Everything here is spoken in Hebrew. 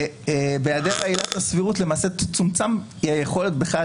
ובהיעדר עילת הסבירות למעשה תצומצם היכולת בכלל